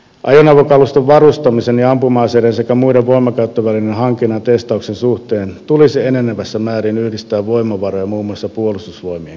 ajoneuvokaluston varustamisen ja ampuma aseiden sekä muiden voimankäyttövälineiden hankinnan ja testauksen suhteen tulisi enenevässä määrin yhdistää voimavaroja muun muassa puolustusvoimien kanssa